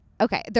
Okay